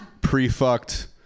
pre-fucked